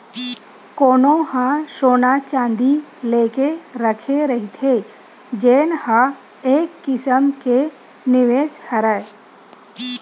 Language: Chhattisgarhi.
कोनो ह सोना चाँदी लेके रखे रहिथे जेन ह एक किसम के निवेस हरय